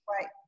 Right